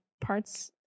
parts